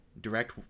direct